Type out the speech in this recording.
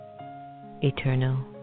eternal